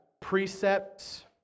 precepts